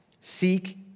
Seek